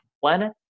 planet